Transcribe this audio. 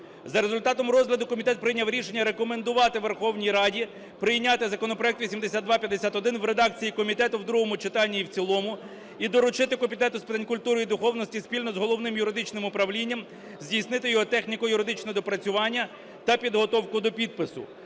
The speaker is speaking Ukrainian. За результатом розгляду комітет прийняв рішення рекомендувати Верховній Раді прийняти законопроект 8251 в редакції комітету в другому читанні і в цілому і доручити Комітету з питань культури і духовності спільно з Головним юридичним управлінням здійснити його техніко-юридичне доопрацювання та підготовку до підпису.